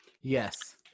yes